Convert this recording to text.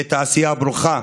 את העשייה הברוכה